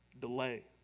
delay